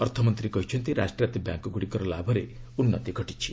ଅର୍ଥମନ୍ତ୍ରୀ କହିଛନ୍ତି ରାଷ୍ଟ୍ରାୟତ୍ତ ବ୍ୟାଙ୍କ୍ଗୁଡ଼ିକର ଲାଭରେ ଉନ୍ନତି ଘଟିଛି